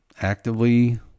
actively